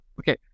okay